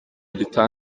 gitaha